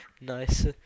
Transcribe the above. Nice